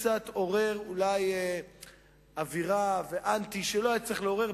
זה קצת עורר אווירה ואנטי שלא היה צריך לעורר,